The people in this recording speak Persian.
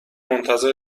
منتظر